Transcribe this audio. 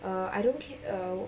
err I don't uh